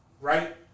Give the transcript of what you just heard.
right